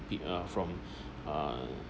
uh from uh